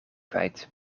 kwijt